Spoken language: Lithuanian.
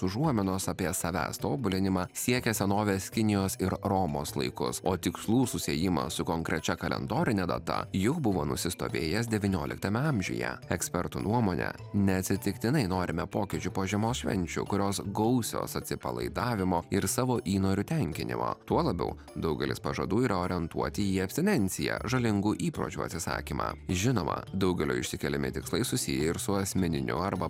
užuominos apie savęs tobulinimą siekia senovės kinijos ir romos laikus o tikslų susiejimas su konkrečia kalendorine data jau buvo nusistovėjęs devynioliktame amžiuje ekspertų nuomone neatsitiktinai norime pokyčių po žiemos švenčių kurios gausios atsipalaidavimo ir savo įnorių tenkinimo tuo labiau daugelis pažadų yra orientuoti į abstinenciją žalingų įpročių atsisakymą žinoma daugelio išsikeliami tikslai susiję ir su asmeniniu arba